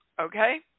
okay